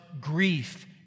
grief